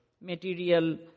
material